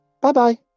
Bye-bye